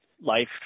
life